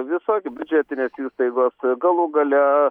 visokių biudžetinės įstaigos galų gale